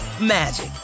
magic